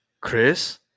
Chris